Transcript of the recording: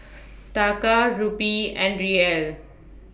Taka Rupee and Riel